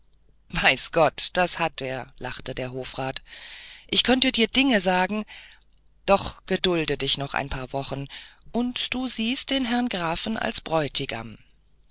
weiß gott das hat er lachte der hofrat ich könnte dir dinge sagen doch gedulde dich noch ein paar wochen und du siehest den herrn grafen als bräutigam